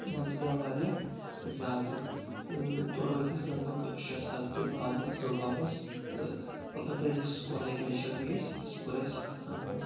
مزٕ تہِ آو واریاہ زیادٕ تہٕ تورٕ ؤتھۍ أسۍ لگ بگ شےٚ ستھ دۄہ بعد ؤتھۍ أسۍ واپس تہٕ البتہ یُس کۄلہے گلیشر گٔے أسۍ سُھ کوٚر اسہِ